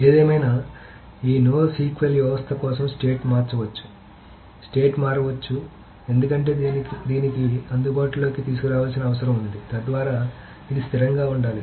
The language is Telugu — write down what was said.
ఏదేమైనా ఈ NoSQL వ్యవస్థ కోసం స్టేట్ మారవచ్చు స్టేట్ మారవచ్చు ఎందుకంటే దీనిని అందుబాటులోకి తీసుకురావాల్సిన అవసరం ఉంది తద్వారా ఇది స్థిరంగా ఉండాలి